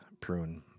prune